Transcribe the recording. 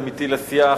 עמיתי לסיעה,